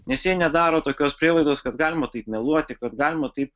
nes jie nedaro tokios prielaidos kad galima taip meluoti kad galima taip